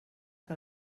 que